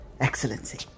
Excellency